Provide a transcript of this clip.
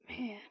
Man